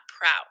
proud